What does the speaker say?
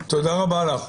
לך.